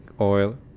oil